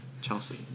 Chelsea